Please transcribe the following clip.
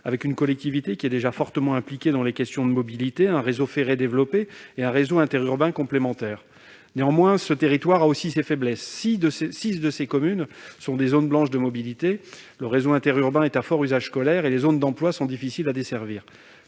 avec une collectivité déjà fortement impliquée dans les questions de mobilité, un réseau ferré très développé et un réseau interurbain complémentaire. Néanmoins, ce territoire a aussi ses faiblesses : six de ses communes sont des zones blanches de mobilité ; le réseau interurbain est à fort usage scolaire et les zones d'emploi sont difficiles à desservir.